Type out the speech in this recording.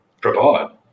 provide